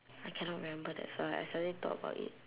I cannot remember that's why I suddenly thought about it